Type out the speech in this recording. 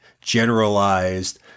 generalized